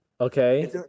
Okay